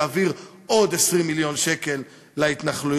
להעביר עוד 20 מיליון שקל להתנחלויות.